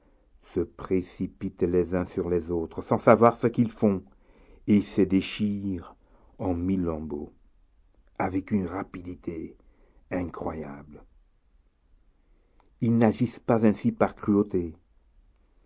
se précipitent les uns sur les autres sans savoir ce qu'ils font et se déchirent en mille lambeaux avec une rapidité incroyable ils n'agissent pas ainsi par